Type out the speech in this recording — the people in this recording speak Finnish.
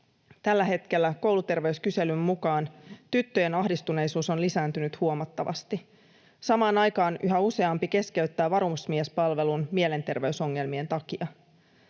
Tällä hetkellä kouluterveyskyselyn mukaan tyttöjen ahdistuneisuus on lisääntynyt huomattavasti. Samaan aikaan yhä useampi keskeyttää varusmiespalvelun mielenterveysongelmien takia.